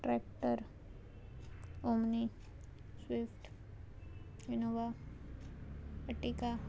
tractor omni swift Innova Ertiga